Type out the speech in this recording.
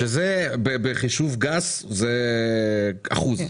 בחישוב גס זה אחוז?